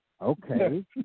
Okay